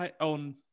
on